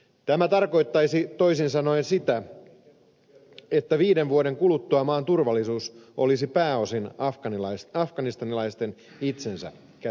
tämä tarkoittaisi toisin sanoen sitä että viiden vuoden kuluttua maan turvallisuus olisi pääosin afganistanilaisten itsensä käsissä